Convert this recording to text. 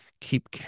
keep